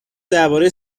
درباره